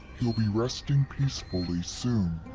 he'll be resting peacefully soon.